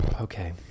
Okay